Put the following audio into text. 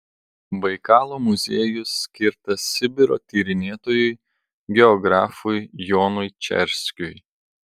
baikalo muziejus skirtas sibiro tyrinėtojui geografui jonui čerskiui